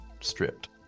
stripped